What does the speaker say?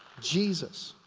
jesus.